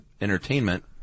entertainment